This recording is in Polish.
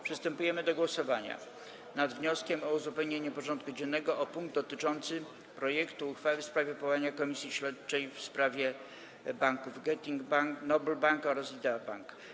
Przystępujemy do głosowania nad wnioskiem o uzupełnienie porządku dziennego o punkt dotyczący projektu uchwały w sprawie powołania Komisji Śledczej w sprawie banków Getin Noble Bank oraz Idea Bank.